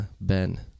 Ben